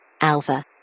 Alpha